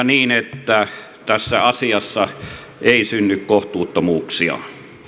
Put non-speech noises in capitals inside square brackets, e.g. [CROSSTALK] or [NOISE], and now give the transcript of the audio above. [UNINTELLIGIBLE] niin että tässä asiassa ei synny kohtuuttomuuksia